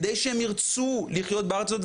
כדי שהם ירצו לחיות בארץ הזאת,